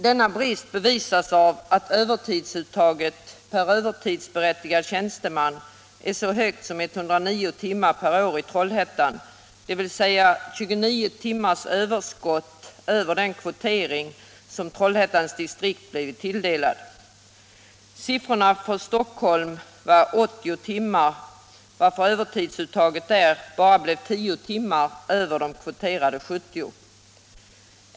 Denna brist bevisas av att övertidsuttaget per övertidsberättigad tjänsteman är så högt som 109 timmar/år i Trollhättan, dvs. 29 timmars överskott utöver den kvotering som Trollhättans distrikt blivit tilldelad. Siffran för Stockholm var 80 timmar, varför övertidsuttaget där bara blev 10 timmar över de kvoterade 70. .